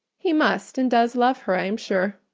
he must and does love her i am sure.